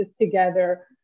together